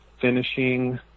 finishing